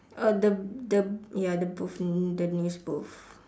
uh the the ya the booth the news booth